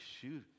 shoot